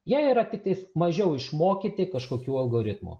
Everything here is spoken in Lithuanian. jie yra tiktais mažiau išmokyti kažkokių algoritmų